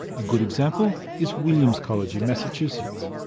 a good example is williams college in massachusetts,